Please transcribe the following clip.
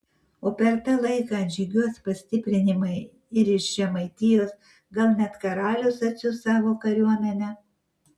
o per tą laiką atžygiuos pastiprinimai ir iš žemaitijos gal net karalius atsiųs savo kariuomenę